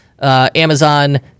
Amazon